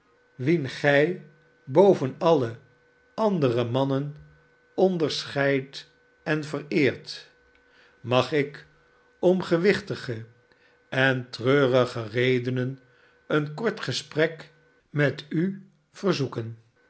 rudge dere mannen onderscheidt en vereert mag ik om gewichtige en treurige redenen een kort gesprek met u verzoeken